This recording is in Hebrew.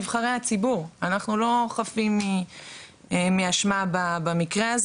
נבחרי הציבור אנחנו לא חפים מאשמה במקרה הזה